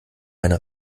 meine